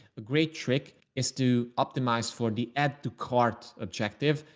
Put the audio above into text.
a great trick is to optimize for the add to cart objective.